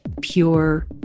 pure